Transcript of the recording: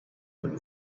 when